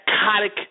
psychotic